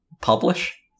publish